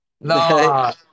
no